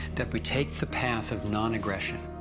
that we take the path of non-aggression.